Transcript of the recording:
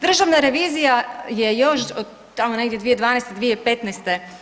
Državna revizija je još od tamo negdje 2012., 2015.